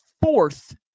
fourth